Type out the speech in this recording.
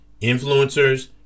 Influencers